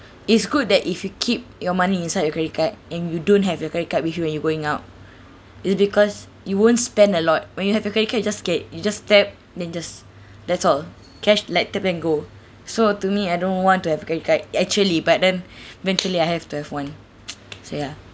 it's good that if you keep your money inside your credit card and you don't have your credit card with you when you going out is because you won't spend a lot when you have a credit card you just get you just tap then just that's all cash like tap and go so to me I don't want to have credit card actually but then eventually I have to have one so ya